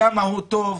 -- וכמה הוא טוב.